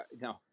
no